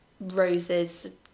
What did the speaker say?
roses